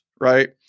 right